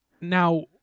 Now